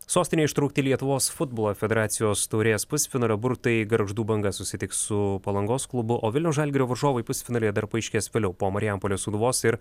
sostinėj ištraukti lietuvos futbolo federacijos taurės pusfinalio burtai gargždų banga susitiks su palangos klubu o vilniaus žalgirio varžovai pusfinalyje dar paaiškės vėliau po marijampolės sūduvos ir